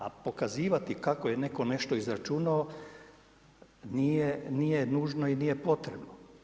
A pokazivati kako je netko nešto izračunao nije nužno i nije potrebno.